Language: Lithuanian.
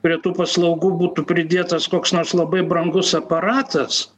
prie tų paslaugų būtų pridėtas koks nors labai brangus aparatas